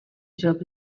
shop